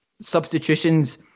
substitutions